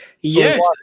Yes